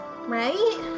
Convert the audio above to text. Right